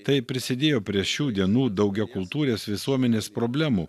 tai prisidėjo prie šių dienų daugiakultūrės visuomenės problemų